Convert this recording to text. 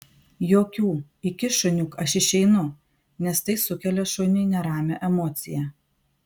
jokių iki šuniuk aš išeinu nes tai sukelia šuniui neramią emociją